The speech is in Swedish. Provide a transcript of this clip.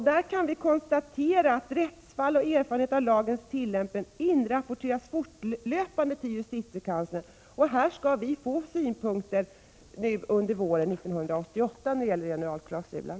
Vi kan konstatera att rättsfall och erfarenhet av lagens tillämpning inrapporteras fortlöpande till justitiekanslern. Vi kommer under våren 1988 att få synpunkter på generalklausulen.